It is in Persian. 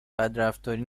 بدرفتاری